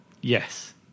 Yes